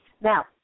Now